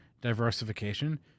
diversification